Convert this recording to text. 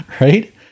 right